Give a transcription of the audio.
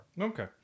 Okay